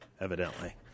evidently